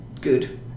good